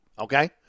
okay